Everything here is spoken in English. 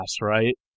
right